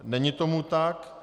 Není tomu tak.